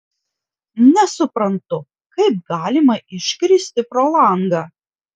nesuprantu kaip galima iškristi pro langą